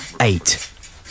Eight